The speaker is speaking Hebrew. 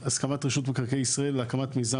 הסכמת רשות מקרקעי ישראל להקמת מיזם